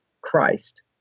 Christ